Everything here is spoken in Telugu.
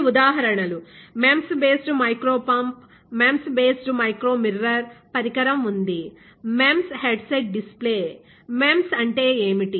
కొన్ని ఉదాహరణలు MEMS based micro pump MEMS based micro mirror పరికరం ఉంది MEMS హెడ్సెట్ డిస్ప్లే MEMS అంటే ఏమిటి